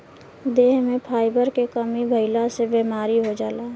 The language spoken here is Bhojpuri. देह में फाइबर के कमी भइला से बीमारी हो जाला